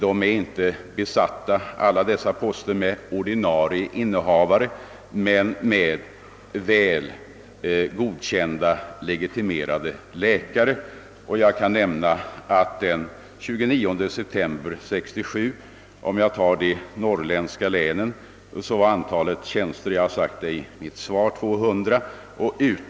En del av dessa tjänster är inte besatta med ordinarie innehavare men med väl godkända legitimerade läkare. Den 29 september var, som jag sade i mitt svar, antalet provinsialläkartjänster i norrlandslänen 200.